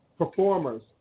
performers